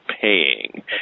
paying